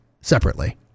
separately